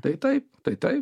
tai taip tai taip